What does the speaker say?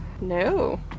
No